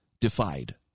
defied